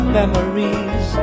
memories